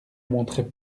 montrait